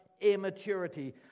immaturity